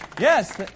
Yes